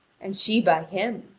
and she by him.